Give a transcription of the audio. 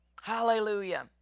Hallelujah